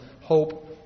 hope